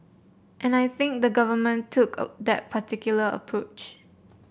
and I think the government took that particular approach